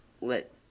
let